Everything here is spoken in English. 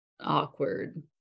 awkward